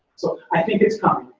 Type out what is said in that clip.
so i think it's coming.